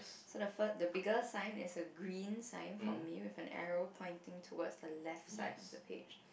so the fir~ the bigger sign is a green sign for me with an arrow pointing towards the left side of the page